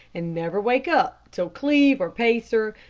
and never wake up till cleve or pacer,